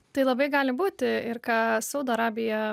tai labai gali būti ir ką saudo arabija